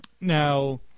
now